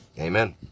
Amen